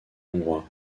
hongrois